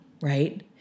right